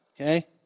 Okay